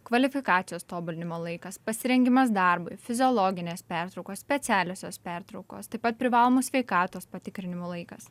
kvalifikacijos tobulinimo laikas pasirengimas darbui fiziologinės pertraukos specialiosios pertraukos taip pat privalomų sveikatos patikrinimų laikas